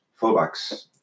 fullbacks